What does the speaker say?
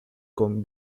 con